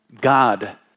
God